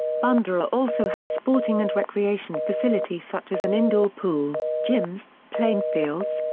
bundoora also has sporting and recreation facilities such as an indoor pool, gyms, playing fields,